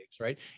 right